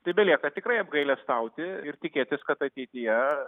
tai belieka tikrai apgailestauti ir tikėtis kad ateityje